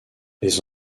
les